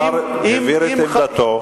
השר הבהיר את עמדתו.